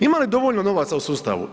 Ima li dovoljno novaca u sustavu?